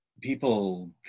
people